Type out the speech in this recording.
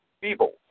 Feeble